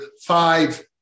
five